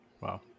Wow